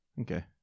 Okay